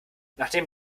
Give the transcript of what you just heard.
nachdem